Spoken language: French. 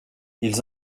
ils